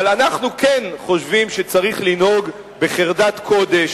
אבל אנחנו כן חושבים שצריך לנהוג בחרדת קודש,